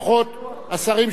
השרה סופה לנדבר,